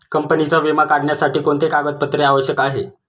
कंपनीचा विमा काढण्यासाठी कोणते कागदपत्रे आवश्यक आहे?